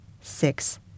six